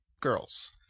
girls